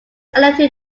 elected